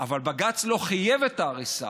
אבל בג"ץ לא חייב את ההריסה.